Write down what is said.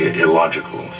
illogical